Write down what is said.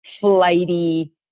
flighty